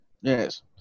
Yes